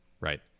right